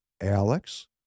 Alex